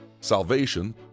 salvation